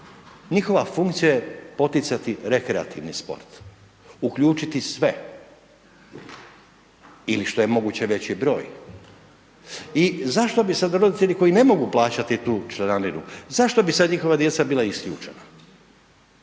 njihova funkcija je poticati rekreativni sport, uključiti sve ili što je moguće veći broj. I zašto bi sad roditelji koji ne mogu plaćati tu članarinu, zašto bi sad njihova djeca bila isključena.